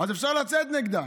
אז אפשר לצאת נגדה.